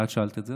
ואת שאלת את זה,